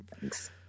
Thanks